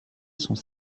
sont